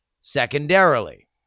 Secondarily